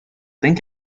think